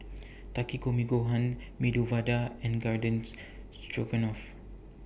Takikomi Gohan Medu Vada and Gardens Stroganoff